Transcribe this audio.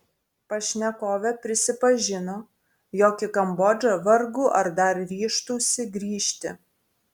pašnekovė prisipažino jog į kambodžą vargu ar dar ryžtųsi grįžti